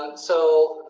and so,